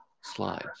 slides